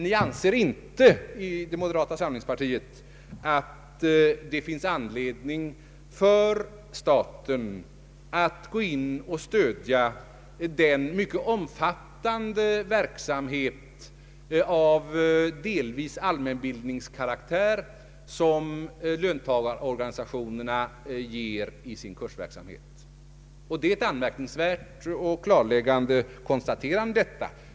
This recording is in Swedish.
Ni anser inte inom moderata samlingspartiet att det finns anledning för staten att gå in och stödja den mycket omfattande verksamhet, delvis av allmänbildningskaraktär, som löntagarorganisationerna bedriver genom sin kursverksamhet. Det är ett anmärkningsvärt och klarläggande konstaterande.